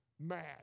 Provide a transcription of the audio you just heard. mad